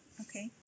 Okay